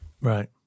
Right